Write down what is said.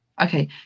Okay